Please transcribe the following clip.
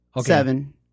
seven